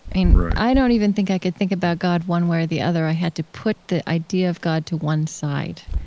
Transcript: and i don't even think i could think about god, one way or the other. i had to put the idea of god to one side.